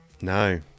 no